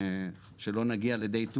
שלא נגיע ליום השני,